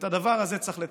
את הדבר הזה צריך לתקן.